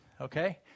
okay